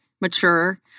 mature